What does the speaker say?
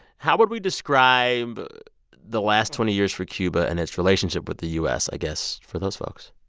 how would we describe the last twenty years for cuba and its relationship with the u s, i guess, for those folks?